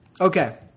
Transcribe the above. Okay